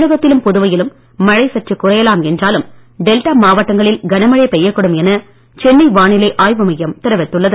தமிழகத்திலும் புதுவையிலும் மழை சற்று குறையலாம் என்றாலும் டெல்டா மாவட்டங்களில் கனமழை பெய்யக்கூடும் என சென்னை வானிலை ஆய்வு மையம் தெரிவித்துள்ளது